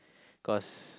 cause